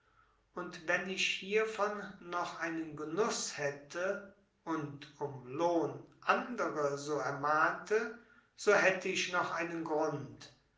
und wenn ich hiervon noch einen genuß hätte und um lohn andere so ermahnte so hätte ich noch einen grund